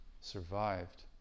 survived